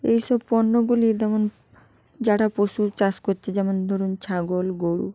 এই সব পণ্যগুলির যেমন যারা পশু চাষ করছে যেমন ধরুন ছাগল গরু